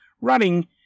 running